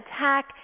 attack